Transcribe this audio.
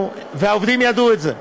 והעובדים ידעו את זה.